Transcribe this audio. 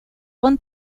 con